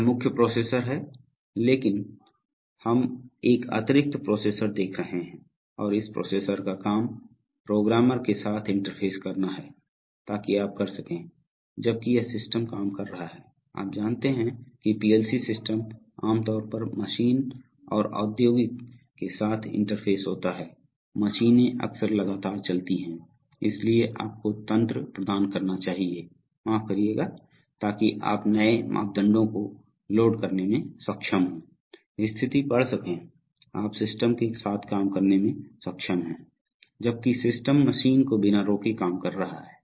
यह मुख्य प्रोसेसर है लेकिन हम एक अतिरिक्त प्रोसेसर देख रहे हैं और इस प्रोसेसर का काम प्रोग्रामर के साथ इंटरफेस करना है ताकि आप कर सकें जबकि यह सिस्टम काम कर रहा है आप जानते हैं कि पीएलसी सिस्टम आमतौर पर मशीन और औद्योगिक के साथ इंटरफेस होता है मशीनें अक्सर लगातार चलती हैं इसलिए आपको तंत्र प्रदान करना चाहिए माफ़ करियेगा ताकि आप नए मापदंडों को लोड करने में सक्षम हों स्थिति पढ़ सकें आप सिस्टम के साथ काम करने में सक्षम हैं जबकि सिस्टम मशीन को बिना रोके काम कर रहा है